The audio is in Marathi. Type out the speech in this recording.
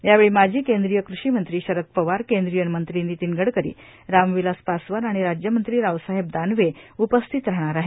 यावेळी माजी केंद्रीय कृषीमंत्री शरद पवार केंद्रीय मंत्री नितीन गडकरी रामविलास पासवान आणि राज्यमंत्री रावसाहेब दानवे उपस्थित राहणार आहेत